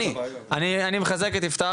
אני מחזק את יפתח,